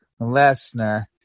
Lesnar